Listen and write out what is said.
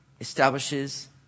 establishes